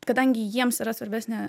kadangi jiems yra svarbesnė